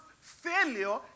failure